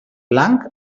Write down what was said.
blanc